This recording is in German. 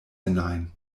hinein